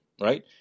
right